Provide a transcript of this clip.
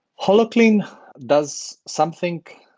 holoclean does something,